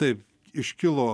taip iškilo